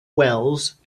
wells